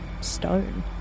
stone